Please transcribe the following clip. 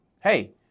Hey